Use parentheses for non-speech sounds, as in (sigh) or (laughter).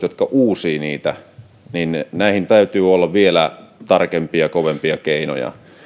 (unintelligible) jotka uusivat niitä rikoksia täytyy olla vielä tarkempia ja kovempia keinoja